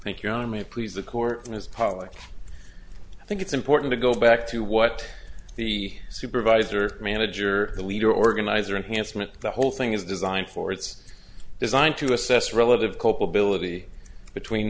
thank your army please the court is public i think it's important to go back to what the supervisor manager the leader organizer enhancement the whole thing is designed for it's designed to assess relative culpability between